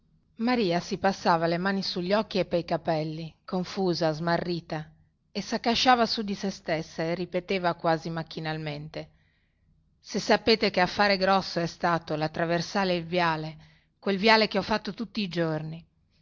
maria si passava le mani sugli occhi e pei capelli confusa smarrita e saccasciava su di sè stessa e ripeteva quasi macchinalmente se sapete che affare grosso è stato lattraversare il viale quel viale che ho fatto tutti i giorni